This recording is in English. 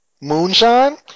Moonshine